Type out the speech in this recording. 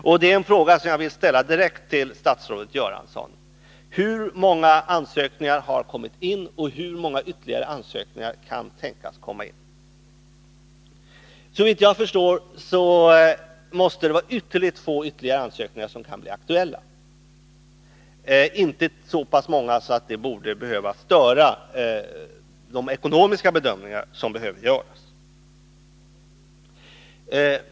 Jag vill i detta sammanhang ställa följande direkta frågor till statsrådet Göransson: Hur många ansökningar har kommit in? Och hur många ytterligare ansökningar kan tänkas inkomma? Såvitt jag förstår måste det vara ytterligt få ansökningar som kan bli aktuella utöver de som redan inkommit. Det kan inte röra sig om så många att de ekonomiska bedömningar som behöver göras skulle påverkas härav.